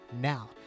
Now